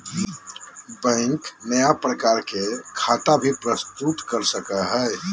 bank नया प्रकार के खता भी प्रस्तुत कर सको हइ